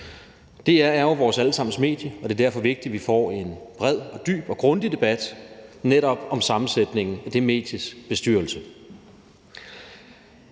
DR er jo vores alle sammens medie, og det er derfor vigtigt, at vi får en bred, dyb og grundig debat om netop sammensætningen af det medies bestyrelse.